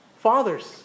Fathers